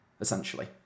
essentially